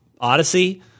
odyssey